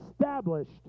established